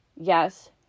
yes